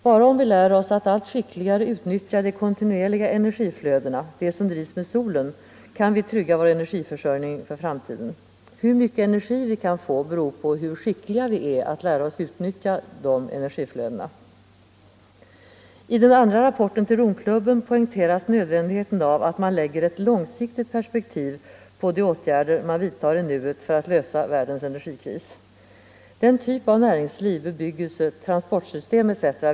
Bara om vi lär oss att allt skickligare utnyttja de kontinuerliga energiflödena, de som drivs av solen, kan vi trygga vår energiförsörjning för framtiden. Hur mycket energi vi kan få beror på hur skickliga vi är att lära oss utnyttja de energiflödena. I den andra rapporten till Rom klubben poängteras nödvändigheten av att man lägger ett långsiktigt perspektiv på de åtgärder man vidtar i nuet för att lösa världens energikris. Den typ av näringsliv, bebyggelse, transportsystem etc.